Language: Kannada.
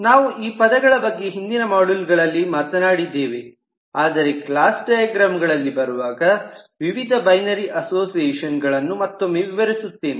ನಾವು ಈ ಪದಗಳ ಬಗ್ಗೆ ಹಿಂದಿನ ಮಾಡ್ಯೂಲ್ಗಳಲ್ಲಿ ಮಾತನಾಡಿದ್ದೇವೆ ಆದರೆ ಕ್ಲಾಸ್ ಡೈಗ್ರಾಮ್ಗಳಲ್ಲಿ ಬರುವಾಗ ವಿವಿಧ ಬೈನೆರಿ ಅಸೋಸಿಯೇಷನ್ ಗಳನ್ನು ಮತ್ತೊಮ್ಮೆ ವಿವರಿಸುತ್ತೇವೆ